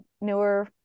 newer